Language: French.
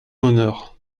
honneur